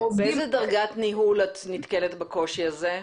עובדים --- באיזה דרגת ניהול את נתקלת בקושי הזה?